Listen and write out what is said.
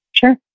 Sure